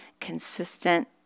consistent